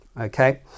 Okay